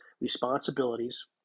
responsibilities